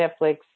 Netflix